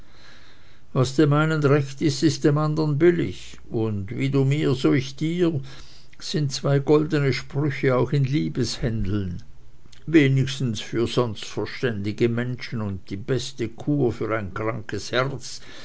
was dem einen recht ist dem andern billig und wie du mir so ich dir sind zwei goldene sprüche auch in liebeshändeln wenigstens für sonst verständige menschen und die beste kur für ein krankes herz